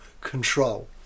control